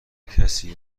کسی